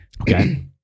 Okay